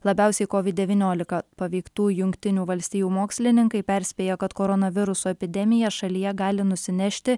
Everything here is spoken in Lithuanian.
labiausiai kovid devyniolika paveiktų jungtinių valstijų mokslininkai perspėja kad koronaviruso epidemija šalyje gali nusinešti